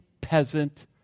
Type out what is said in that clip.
peasant